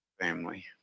family